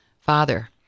Father